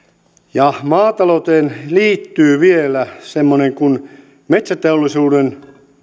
maatalouteen liittyy vielä semmoinen kuin metsäteollisuuden